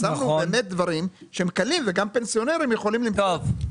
אז שמנו דברים שהם קלים וגם פנסיונרים יכולים למצוא.